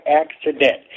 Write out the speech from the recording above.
accident